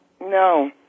no